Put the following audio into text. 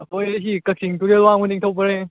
ꯑꯩꯈꯣꯏꯒꯤꯁꯤ ꯀꯛꯆꯤꯡ ꯇꯨꯔꯦꯜ ꯋꯥꯡꯃ ꯅꯤꯡꯊꯧ ꯄꯔꯦꯡ